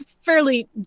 fairly